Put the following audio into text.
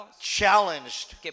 challenged